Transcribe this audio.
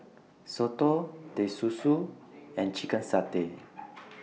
Soto Teh Susu and Chicken Satay